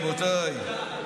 רבותיי,